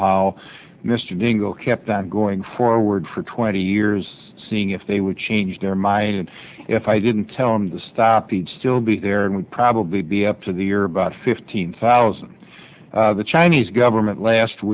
how mr dingell kept on going forward for twenty years seeing if they would change their mind and if i didn't tell him to stop each still be there and we'd probably be up for the year about fifteen thousand the chinese government last